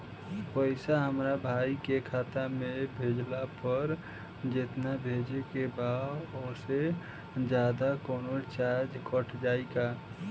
पैसा हमरा भाई के खाता मे भेजला पर जेतना भेजे के बा औसे जादे कौनोचार्ज कट जाई का?